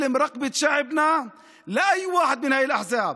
את הצוואר של עמנו לאיזו מפלגה שלא תהיה.